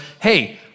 hey